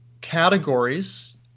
categories